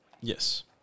Yes